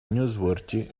newsworthy